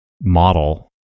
model